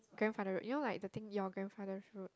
grandfather road you know like the thing your grandfather's road